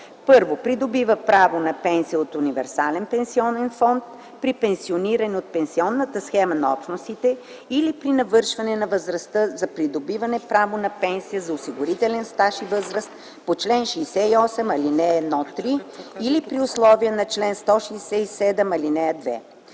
то: 1. придобива право на пенсия от универсален пенсионен фонд при пенсиониране от пенсионната схема на Общностите или при навършване на възрастта за придобиване право на пенсия за осигурителен стаж и възраст по чл. 68, ал. 1-3 или при условията на чл. 167, ал. 2; 2.